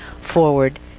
forward